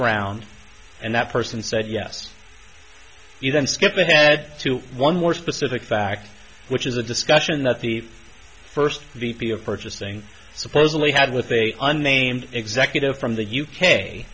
around and that person said yes you then skip ahead to one more specific fact which is a discussion that the first v p of purchasing supposedly had with a unnamed executive from the u